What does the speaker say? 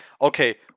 okay